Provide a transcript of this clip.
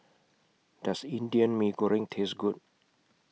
Does Indian Mee Goreng Taste Good